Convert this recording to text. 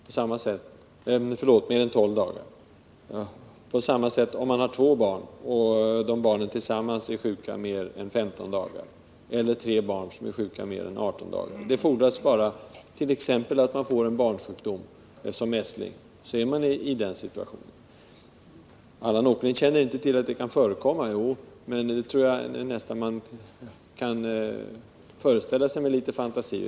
På samma sätt är det om familjen har två barn och de tillsammans är sjuka mer än 15 dagar, likaså om man har tre barn som är sjuka mer än 18 dagar. Det fordras bara en barnsjukdom, t.ex. mässlingen, så är man i den situationen. Allan Åkerlind känner inte till att det kan förekomma. Jo, det tror jag nog att man kan föreställa sig, med litet fantasi.